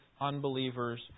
unbelievers